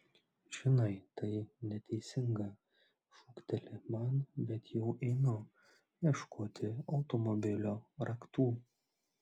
žinai tai neteisinga šūkteli man bet jau einu ieškoti automobilio raktų